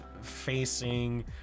facing